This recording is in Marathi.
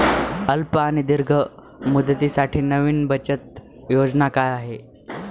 अल्प आणि दीर्घ मुदतीसाठी नवी बचत योजना काय आहे?